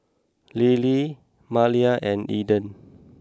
Lyle Malia and Eden